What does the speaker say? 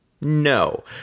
No